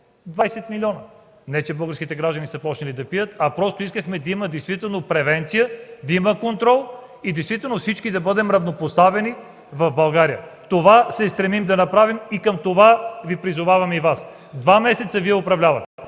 20 милиона. Не, че българските граждани са започнали да пият, а просто искахме да има действително превенция, да има контрол и действително всички да бъдем равнопоставени в България. Това се стремим да направим, към това призоваваме и Вас. Вие управлявате